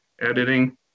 editing